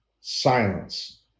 silence